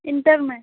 inter madam